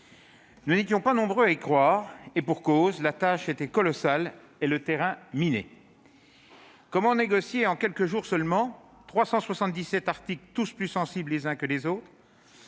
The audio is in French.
Nous n'étions pas nombreux à y croire. Et pour cause : la tâche était colossale et le terrain miné. Comment négocier, en quelques jours seulement, 377 articles tous plus sensibles les uns que les autres ?